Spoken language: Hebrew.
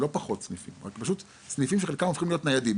לא פחות סניפים אלא סניפים שחלקם הם ניידים,